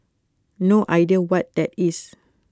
no idea what that is